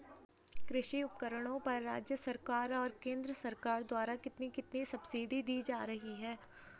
कृषि उपकरणों पर राज्य सरकार और केंद्र सरकार द्वारा कितनी कितनी सब्सिडी दी जा रही है?